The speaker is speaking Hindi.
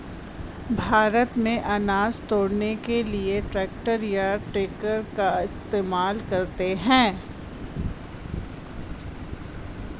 भारत में अनाज ढ़ोने के लिए ट्रैक्टर या ट्रक का इस्तेमाल करते हैं